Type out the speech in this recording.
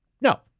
No